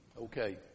Okay